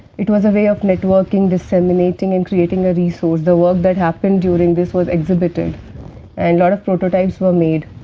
it was a way of networking disseminating and creating a resource. the work that happened during this was exhibited and lots of prototypes were made.